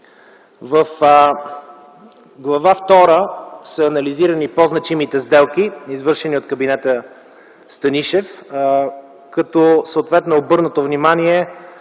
В Глава втора са анализирани по-значимите сделки, извършени от кабинета Станишев, като съответно е обърнато внимание